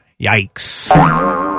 Yikes